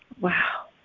Wow